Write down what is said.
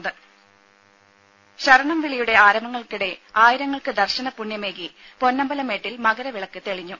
ദേഴ ശരണംവിളിയുടെ ആരവങ്ങൾക്കിടെ ആയിരങ്ങൾക്ക് ദർശന പുണ്യമേകി പൊന്നമ്പലമേട്ടിൽ മകരവിളക്ക് തെളിഞ്ഞു